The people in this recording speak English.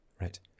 Right